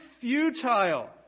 futile